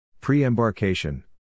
pre-embarkation